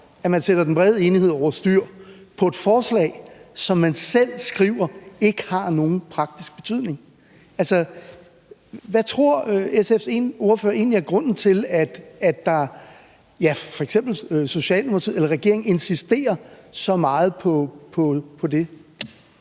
at man sætter den brede enighed over styr, på et forslag, som man selv skriver ikke har nogen praktisk betydning. Hvad tror SF's ordfører egentlig er grunden til, at regeringen insisterer så meget på det?